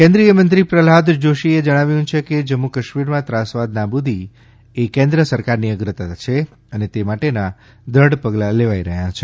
કેન્દ્રીય મંત્રી પ્રહ્લાદ જોષીએ જણાવ્યું છે કે જમ્મુ કાશ્મીરમાં ત્રાસવાદ નાબૂદીએ કેન્દ્ર સરકારની અગ્રતા છે અને તે માટેનાં દ્રઢ પગલાં લેવાઇ રહ્યાં છે